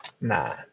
Nah